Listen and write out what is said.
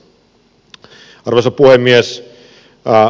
arvoisa puhemies